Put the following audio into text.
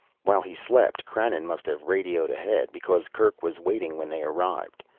while he slept, krannon must have radioed ahead, because kerk was waiting when they arrived.